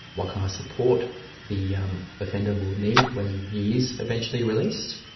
what kind of support the um offender will need when he is eventually released.